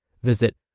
Visit